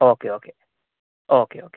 okay okay okay okay